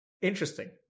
Interesting